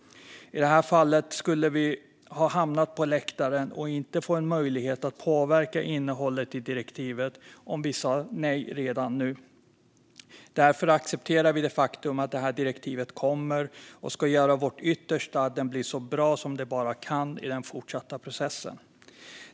I det här fallet skulle vi hamna på läktaren och inte få en möjlighet att påverka innehållet i direktivet om vi skulle säga nej redan nu. Därför accepterar vi det faktum att direktivet kommer och ska göra vårt yttersta i den fortsatta i processen för att det ska bli så bra som det bara kan.